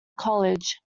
college